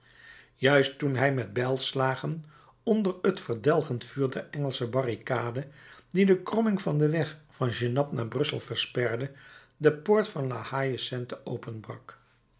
juist toen hij met bijlslagen onder het verdelgend vuur der engelsche barricade die de kromming van den weg van genappe naar brussel versperde de poort van la haie sainte openbrak